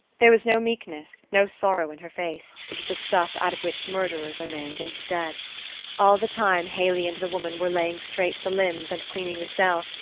there was no meekness, no sorrow, in her face the stuff out of which murderers are made, instead all the time haley and the woman were laying straight the limbs and cleaning the cell,